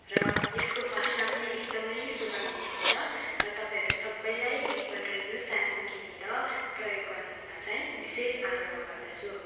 र यसको वासना पनि एकदमै सुगन्धित हुन्छ र तपाईँहरू सबैलाई एकपल्ट यो सेम्पू किनेर प्रयोग गर्नुहुन चाहिँ विशेष आग्रह गर्दछु